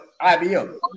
IBO